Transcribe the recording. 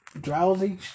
drowsy